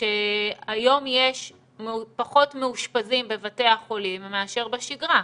שהיום יש פחות מאושפזים בבתי החולים מאשר בשגרה,